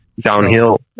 downhill